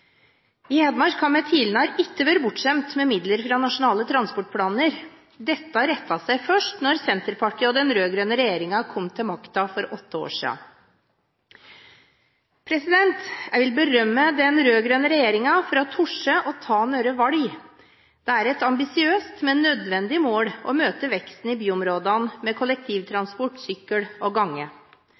I Hedmark har vi tidligere ikke vært bortskjemt med midler fra nasjonale transportplaner. Dette rettet seg først da Senterpartiet og den rød-grønne regjeringen kom til makten for åtte år siden. Jeg vil berømme den rød-grønne regjeringen for å tørre å ta noen valg. Det er et ambisiøst, men nødvendig mål å møte veksten i byområdene med kollektivtransport, sykkel og gange.